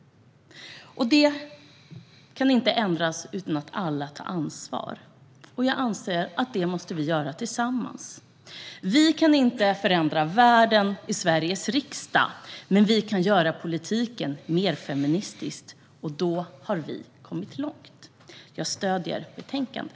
Detta kan inte förändras utan att alla tar ansvar. Jag anser vi måste göra det tillsammans. Vi kan inte förändra världen i Sveriges riksdag, men vi kan göra politiken mer feministisk - och då har vi kommit långt. Jag stöder förslaget i betänkandet.